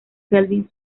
kelvin